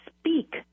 speak